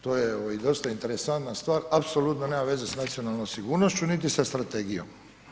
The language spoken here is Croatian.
To je ovaj dosta interesantna stvar, apsolutno nema veza s nacionalnom sigurnošću niti sa strategijom.